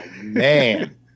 man